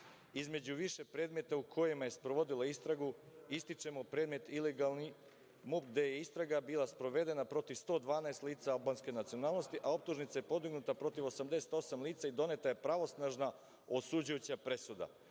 Između više predmeta u kojima je sprovodila istragu, ističemo predmet ilegalni MUP gde je istraga bila sprovedena protiv 112 lica albanske nacionalnosti, a optužnica je podignuta protiv 88 lica i doneta je pravosnažna osuđujuća presuda.